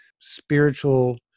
spiritual